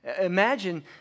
Imagine